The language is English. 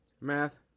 math